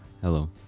Hello